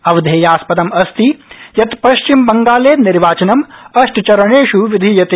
अवधेयास्पदम अस्ति यत पश्चिमबंगाले निर्वाचनम अष्टचरणेष् विधीयते